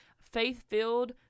faith-filled